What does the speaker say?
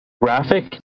Graphic